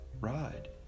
ride